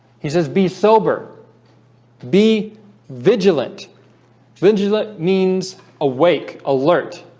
he says be sober be vigilant binge that means awake alert